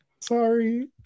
Sorry